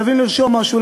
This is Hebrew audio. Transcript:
חייבים לרשום משהו,